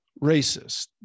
racist